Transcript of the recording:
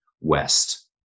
West